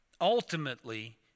Ultimately